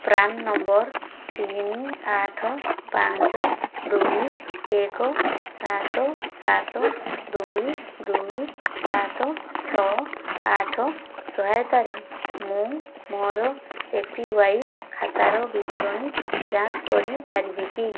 PRAN number ତିନି ଆଠ ପାଞ୍ଚ ଦୁଇ ଏକ ସାତ ସାତ ଦୁଇ ଦୁଇ ସାତ ଛଅ ଆଠ ସହାୟତାରେ ମୁଁ ମୋର ଏପିୱାଇ ଖାତାର ବିବରଣୀ ଯାଞ୍ଚ କରିପାରିବି କି